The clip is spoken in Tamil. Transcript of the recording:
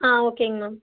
ஆ ஓகேங்க மேம்